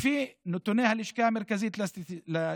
לפי נתוני הלשכה המרכזית לסטטיסטיקה,